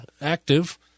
active